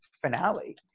finale